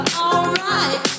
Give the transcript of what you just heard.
alright